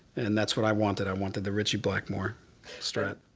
and that's what i wanted. i wanted the ritchie blackmore strat.